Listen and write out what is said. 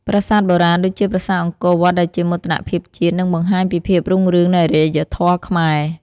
ប្រាសាទបុរាណ ដូចជាប្រាសាទអង្គរវត្ត ដែលជាមោទនភាពជាតិ និងបង្ហាញពីភាពរុងរឿងនៃអរិយធម៌ខ្មែរ។